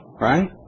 right